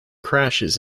crashes